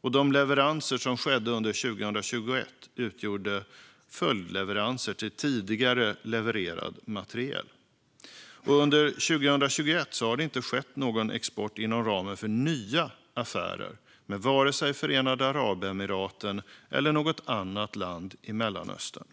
och att de leveranser som skedde under 2021 utgjorde följdleveranser till tidigare levererad materiel. Under 2021 har det inte skett någon export inom ramen för nya affärer med vare sig Förenade Arabemiraten eller något annat land i Mellanöstern.